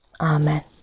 Amen